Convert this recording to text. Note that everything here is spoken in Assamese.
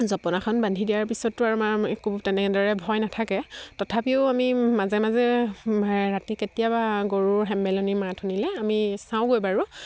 জপনাখন বান্ধি দিয়াৰ পিছততো আমাৰ একো তেনেদৰে ভয় নাথাকে তথাপিও আমি মাজে মাজে ৰাতি কেতিয়াবা গৰুৰ হেম্বেলনীৰ মাত শুনিলে আমি চাওঁগৈ বাৰু